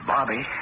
Bobby